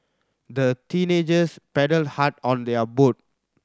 the teenagers paddled hard on their boat